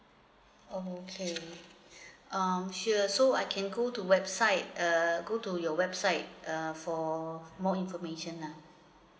orh okay um sure so I can go to website err go to your website uh for more information lah